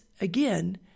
again